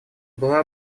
была